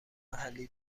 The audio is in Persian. محلی